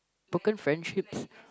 broken friendships